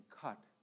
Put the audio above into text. cut